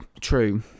true